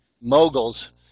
moguls